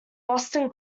boston